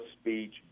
speech